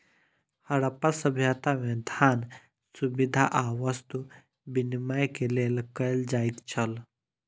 हरप्पा सभ्यता में, धान, सुविधा आ वस्तु विनिमय के लेल कयल जाइत छल